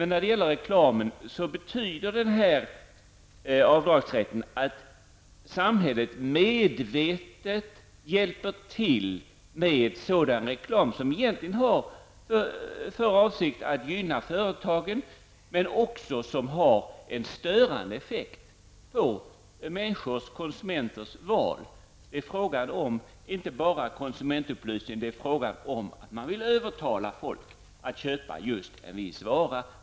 När det gäller reklamen betyder avdragsrätten att samhället medvetet hjälper till med sådan reklam som egentligen har till syfte att gynna företagen. Den har också en störande effekt på människors, konsumenters, val. Det är inte bara fråga om konsumentupplysning utan även om att övertala folk att köpa just en viss vara.